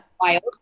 wild